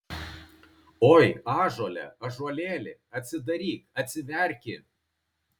oi ąžuole ąžuolėli atsidaryk atsiverki